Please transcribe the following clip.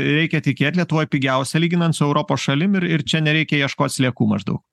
reikia tikėt lietuvoj pigiausia lyginant su europos šalim ir ir čia nereikia ieškot sliekų maždaug